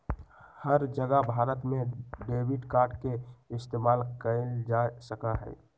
हर जगह भारत में debit card के इस्तेमाल कइल जा सका हई